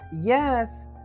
yes